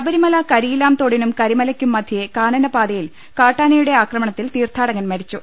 ശബരിമല കരിയിലാംതോടിനും കരിമലയ്ക്കും മധ്യേ കാനന പാതയിൽ കാട്ടാനയുടെ ആക്രമണത്തിൽ തീർത്ഥാടകൻ മരിച്ചു